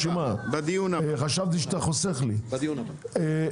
דבר שני, כל